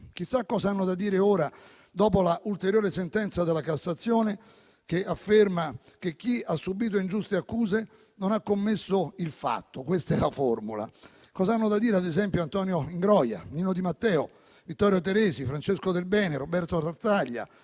Chissà cos'hanno da dire ora, dopo l'ulteriore sentenza della Cassazione, che afferma che chi ha subito ingiuste accuse "non ha commesso il fatto" (questa è la formula). Cos'hanno da dire ad esempio Antonio Ingroia, Nino Di Matteo, Vittorio Teresi, Francesco Del Bene, Roberto Tartaglia,